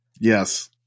Yes